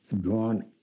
drawn